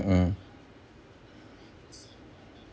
mm